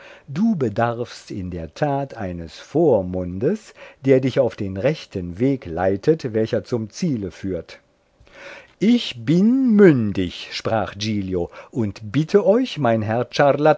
du bedarfst in der tat eines vormundes der dich auf den rechten weg leitet welcher zum ziele führt ich bin mündig sprach giglio und bitte euch mein herr